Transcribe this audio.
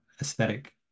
aesthetic